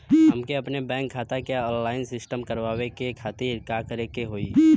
हमके अपने बैंक खाता के ऑनलाइन सिस्टम करवावे के खातिर का करे के होई?